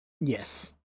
Yes